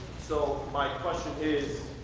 so my question is,